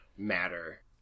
matter